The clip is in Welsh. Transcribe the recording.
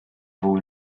fwy